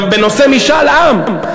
בנושא משאל עם.